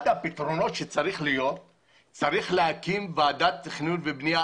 אחד הפתרונות הוא שצריך להקים ועדת תכנון ובנייה